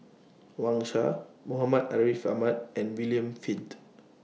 Wang Sha Muhammad Ariff Ahmad and William Flint